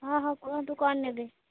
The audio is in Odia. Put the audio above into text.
ହଁ ହଁ କୁହନ୍ତୁ କ'ଣ ନେବେ